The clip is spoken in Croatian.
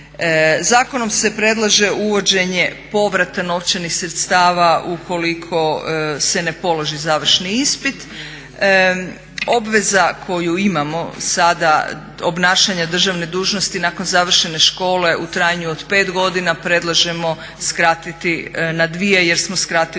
Zakonom se predlaže uvođenje povrata novčanih sredstava ukoliko se ne položi završni ispit. Obveza koju imamo sada obnašanja državne dužnosti nakon završene škole u trajanju od 5 godina predlažemo skratiti na 2 jer smo skratili samo